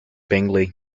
bingley